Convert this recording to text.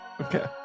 okay